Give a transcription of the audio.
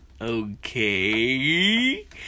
okay